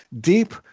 deep